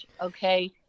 okay